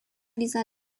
dieser